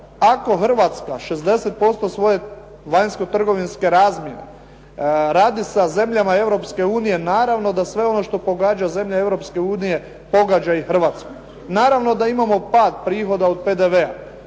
ako Hrvatska 60% svoje vanjsko trgovinske razmjene, radi sa zemljama Europske unije, naravno da sve ono što pogađa zemlje Europske unije pogađa i Hrvatsku. Naravno da imamo pad prihoda od PDV-a,